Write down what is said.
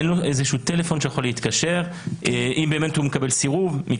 אין לו איזשהו טלפון אליו הוא יכול להתקשר אם הוא מקבל סירוב?